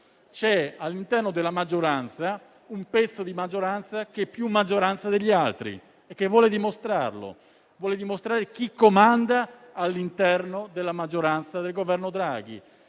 all'interno della maggioranza c'è un pezzo di maggioranza che è più maggioranza degli altri e che vuole dimostrarlo. Vuole dimostrare chi comanda all'interno della maggioranza e del Governo Draghi.